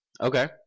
Okay